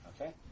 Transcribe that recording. Okay